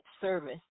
service